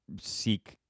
seek